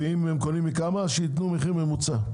ואם הם קונים מכמה, שיתנו מחיר ממוצע.